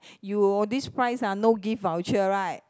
you this price ah no gift voucher right